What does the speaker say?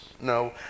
No